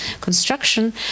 construction